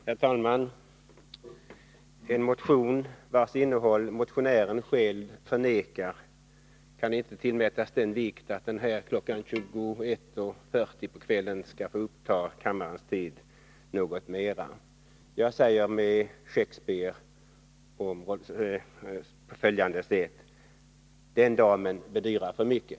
Herr talman! En motion vars innehåll motionären själv förnekar kan inte tillmätas den vikt att den kl. 21.40 på kvällen skall få uppta kammarens tid något mera. Jag säger med Shakespeare: Den damen bedyrar för mycket!